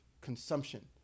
consumption